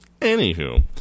Anywho